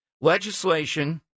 legislation